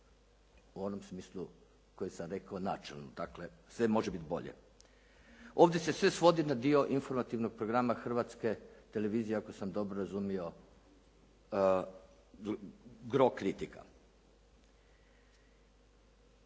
u onom smislu u kojem sam rekao načelno. Dakle, sve može biti bolje. Ovdje se sve svodi na dio informativnog programa Hrvatske televizije ako sam dobro razumio gro kritika.